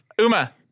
Uma